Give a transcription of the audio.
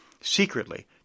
secretly